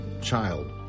child